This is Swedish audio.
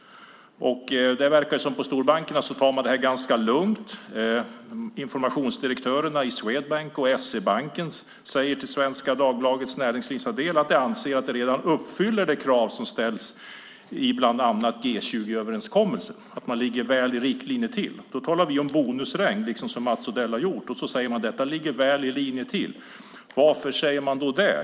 Det verkar som att storbankerna tar det här ganska lugnt. Informationsdirektörerna i Swedbank och SEB säger i Svenska Dagbladets näringslivsdel att de anser att de redan uppfyller de krav som ställs i bland annat G20-överenskommelsen. Man ligger väl i linje med den. Då talar vi om bonusregn, liksom Mats Odell. Så säger man att detta ligger väl i linje med kraven. Varför säger man det?